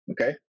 okay